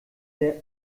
der